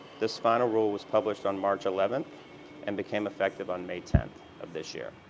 this final rule was published on march eleven and became effective on may ten of this year.